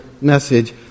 message